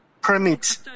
permit